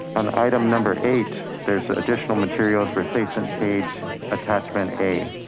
on item number eight there's additional materials, replacement page attachment a.